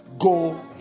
go